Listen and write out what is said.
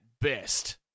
best